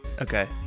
okay